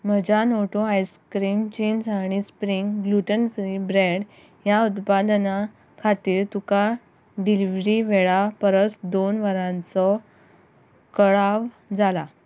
म्हज्या नोटो आयस्क्रीम चींच आनी स्प्रींग ग्लुटन फ्री ब्रॅड ह्या उत्पादनां खातीर तुका डिलिव्हरी वेळा परस दोन वरांचो कळाव जाला